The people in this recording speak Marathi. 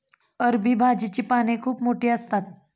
अरबी भाजीची पाने खूप मोठी असतात